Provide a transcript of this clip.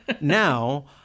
now